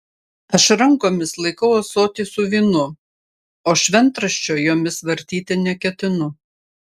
aš rankomis laikau ąsotį su vynu o šventraščio jomis vartyti neketinu